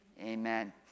amen